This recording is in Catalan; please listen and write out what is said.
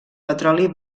petroli